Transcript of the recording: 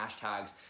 hashtags